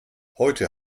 heute